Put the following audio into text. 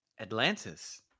Atlantis